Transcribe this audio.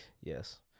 yes